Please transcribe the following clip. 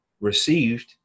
received